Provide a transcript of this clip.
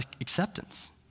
acceptance